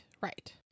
Right